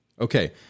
Okay